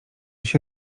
się